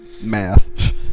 math